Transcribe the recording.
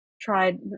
tried